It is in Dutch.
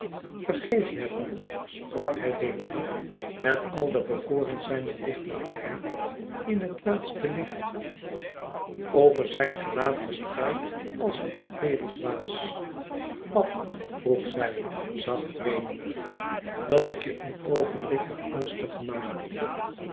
vergeef je het me sprak hij deemoedig met al de bekoring zijner dichterlijkheid in het laatste licht over zijn gelaat verspreid als een etherisch waas wat vroeg zij zacht weenend dat ik je een oogenblik heb angstig gemaakt